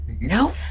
No